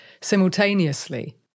simultaneously